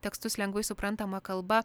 tekstus lengvai suprantama kalba